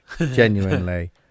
genuinely